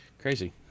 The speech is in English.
Crazy